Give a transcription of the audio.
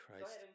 Christ